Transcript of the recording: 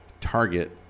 target